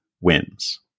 wins